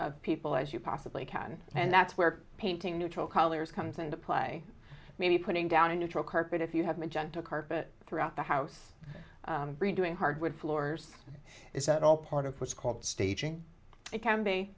people as you possibly can and that's where painting neutral colors comes into play maybe putting down a neutral carpet if you have magenta carpet throughout the house redoing hardwood floors is that all part of what's called staging it can be